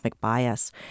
bias